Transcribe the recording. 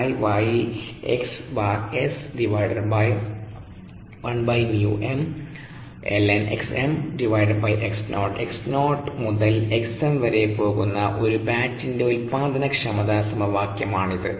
X0 മുതൽ xm വരെ പോകുന്ന ഒരു ബാച്ചിന്റെ ഉൽപാദനക്ഷമത സമവാക്യമാണിത്